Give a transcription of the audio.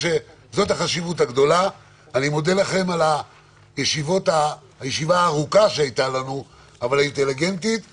אני מודה לכם על הישיבה הארוכה אבל אינטליגנטית שהייתה לנו.